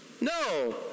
No